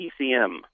PCM